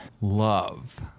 love